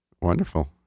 Wonderful